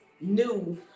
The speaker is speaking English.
new